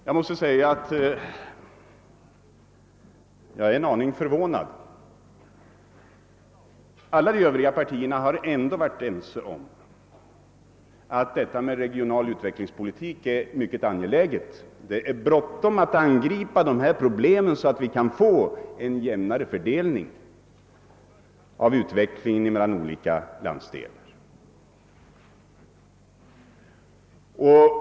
Jag måste säga att jag är en aning förvånad. Alla de övriga partierna har varit ense om att detta med regional utvecklingspolitik är mycket angeläget. Det är bråttom att angripa dessa problem så att vi kan få till stånd en jämnare fördelning av utvecklingen mellan olika landsdelar.